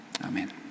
Amen